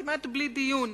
כמעט בלי דיון,